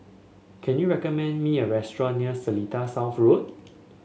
can you recommend me a restaurant near Seletar South Road